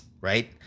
right